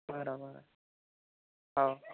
बरं बरं हो